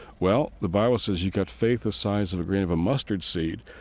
well, the bible says, you got faith the size of a grain of a mustard seed,